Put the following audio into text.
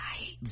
Right